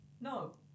No